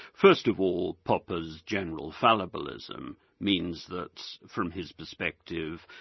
first of all, popper's general fallibilism means that from his perspective,